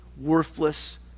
worthless